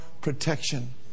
protection